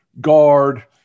guard